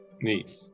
Neat